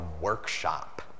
workshop